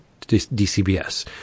dcbs